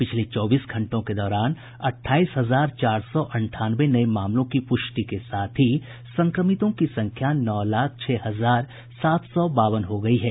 पिछले चौबीस घंटों के दौरान अट्ठाईस हजार चार सौ अंठानवे नये मामलों की पुष्टि के साथ ही संक्रमितों की संख्या नौ लाख छह हजार सात सौ बावन हो गयी है